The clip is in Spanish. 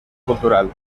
cultural